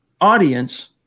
audience